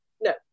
no